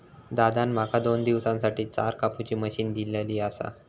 दादान माका दोन दिवसांसाठी चार कापुची मशीन दिलली आसा